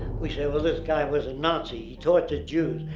we say, well, this guy was a nazi he tortured jews.